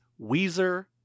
Weezer